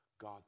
God